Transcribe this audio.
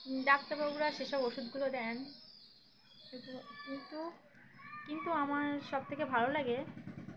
ডাক্তারবাবুরা সেসব ওষুধগুলো দেন কিন্তু কিন্তু আমার সবথেকে ভালো লাগে